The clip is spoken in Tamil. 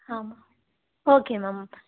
ஆமாம் ஓகே மேம்